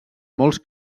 molts